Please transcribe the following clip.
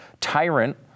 tyrant